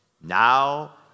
now